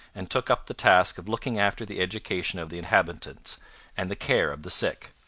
and took up the task of looking after the education of the inhabitants and the care of the sick.